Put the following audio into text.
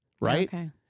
right